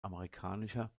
amerikanischer